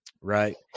right